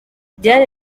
diane